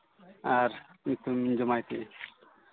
ᱟᱨ ᱧᱩᱛᱩᱢᱤᱧ ᱡᱚᱢᱟᱭ ᱛᱤᱧᱟᱹ